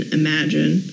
imagine